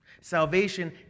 Salvation